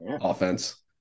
offense